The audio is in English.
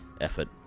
Effort